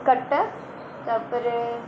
କଟକ ତା'ପରେ